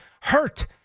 hurt